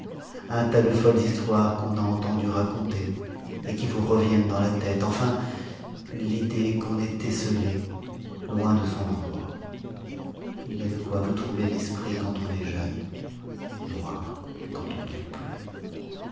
un tas de folles histoires qu'on a entendu raconter et qui vous reviennent dans la tête enfin l'idée qu'on est esseulé loin de son endroit il y a de quoi vous troubler l'esprit quand on est jeune voire quand on ne l'est plus